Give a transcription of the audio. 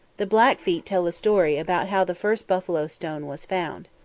the blackfeet tell a story about how the first buffalo stone was found.